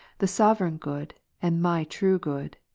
the sovereign good and my true good.